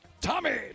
Tommy